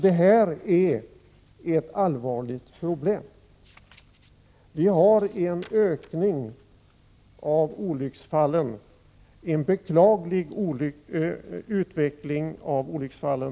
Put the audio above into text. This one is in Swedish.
Det är ett allvarligt problem. Det förekommer en beklaglig ökning av antalet olycksfall.